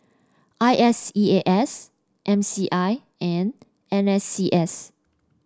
I S E A S M C I and N S C S